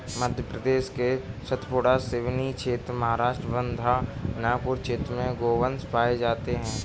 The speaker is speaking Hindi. मध्य प्रदेश के सतपुड़ा, सिवनी क्षेत्र, महाराष्ट्र वर्धा, नागपुर क्षेत्र में गोवंश पाये जाते हैं